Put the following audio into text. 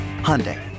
Hyundai